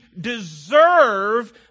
deserve